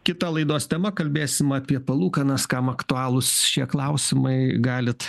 kita laidos tema kalbėsim apie palūkanas kam aktualūs šie klausimai galit